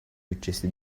bütçesi